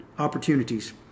opportunities